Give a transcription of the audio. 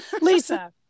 lisa